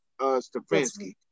Stefanski